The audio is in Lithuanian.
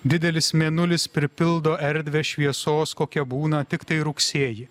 didelis mėnulis pripildo erdvę šviesos kokia būna tiktai rugsėjį